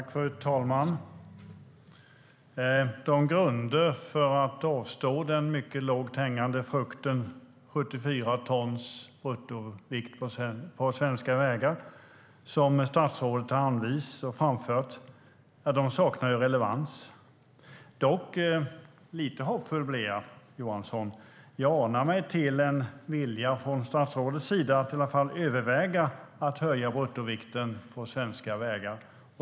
Fru talman! De grunder för att avstå den mycket lågt hängande frukten - 74 tons bruttovikt på svenska vägar - som statsrådet har framfört saknar relevans. Dock blir jag, Johansson, lite hoppfull. Jag anar mig till en vilja från statsrådets sida att i alla fall överväga att höja bruttovikten på svenska vägar.